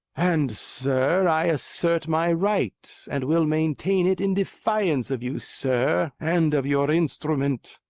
and, sir, i assert my right and will maintain it in defiance of you, sir, and of your instrument.